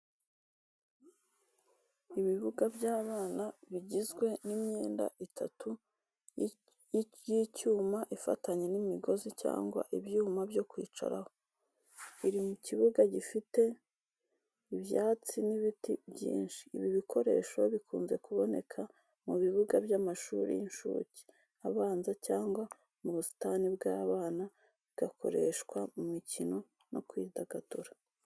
Ibibuga by’abana bigizwe n’imyenda itatu y’icyuma ifatanye n’imigozi cyangwa ibyuma byo kwicaraho, iri mu kibuga gifite ibyatsi n’ibiti byinshi. Ibi bikoresho bikunze kuboneka mu bibuga by’amashuri y’incuke, abanza cyangwa mu busitani bw’abana, bigakoreshwa mu mikino no kwidagadura.